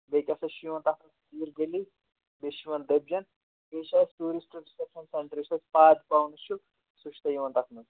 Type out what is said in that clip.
بیٚیہِ کیٛاہ سا چھِ یِوان تَتھ منٛز پیٖر گٔلی بیٚیہِ چھُ یِوان دٔبجَن بیٚیہِ چھِ اَسہِ ٹوٗرِسٹ سُہ چھُ تۄہہِ یِوان تَتھ منٛز